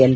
L